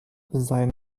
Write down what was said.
sein